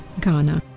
Ghana